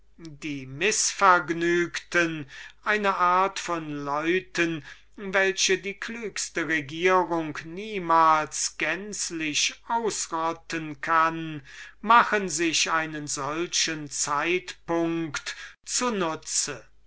die mißvergnügten eine art von leuten welche die klügste regierung niemals gänzlich ausrotten kann machen sich einen solchen zeitpunkt zu nutze